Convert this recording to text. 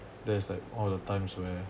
that is like all the times where